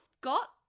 got